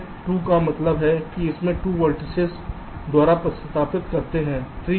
इस 2 का मतलब है कि आप इसे 2 वेर्तिसेस द्वारा प्रतिस्थापित करते हैं